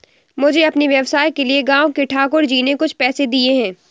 मुझे अपने व्यवसाय के लिए गांव के ठाकुर जी ने कुछ पैसे दिए हैं